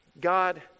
God